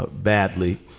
but badly.